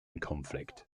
conflict